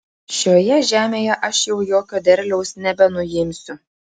šioje žemėje aš jau jokio derliaus nebenuimsiu